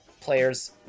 players